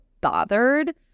bothered